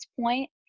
point